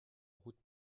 route